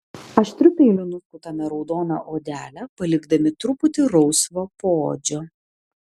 aštriu peiliu nuskutame raudoną odelę palikdami truputį rausvo poodžio